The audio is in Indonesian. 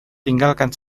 tinggalkan